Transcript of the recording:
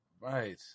Right